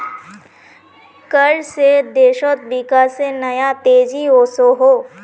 कर से देशोत विकासेर नया तेज़ी वोसोहो